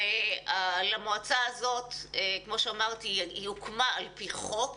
כאמור, המועצה הזאת הוקמה על פי חוק